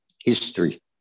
history